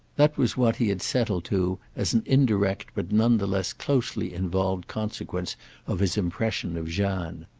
that was what he had settled to as an indirect but none the less closely involved consequence of his impression of jeanne.